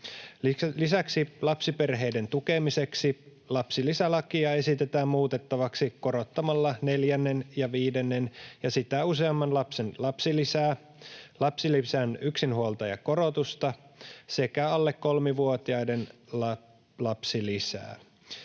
Lisäksi lapsiperheiden tukemiseksi lapsilisälakia esitetään muutettavaksi korottamalla neljännen ja viidennen ja sitä useamman lapsen lapsilisää, lapsilisän yksinhuoltajakorotusta sekä alle kolmivuotiaiden lapsilisää.